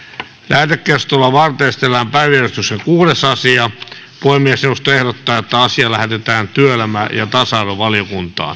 lähetekeskustelua varten esitellään päiväjärjestyksen kuudes asia puhemiesneuvosto ehdottaa että asia lähetetään työelämä ja tasa arvovaliokuntaan